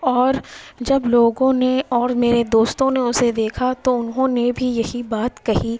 اور جب لوگوں نے اور میرے دوستوں نے اسے دیکھا تو انہوں نے بھی یہی بات کہی